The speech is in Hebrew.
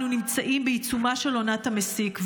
אנו נמצאים בעיצומה של עונת המסיק,